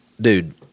dude